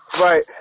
Right